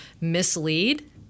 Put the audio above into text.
mislead